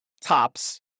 tops